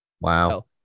Wow